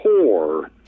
poor